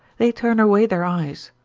they turn away their eyes,